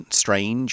strange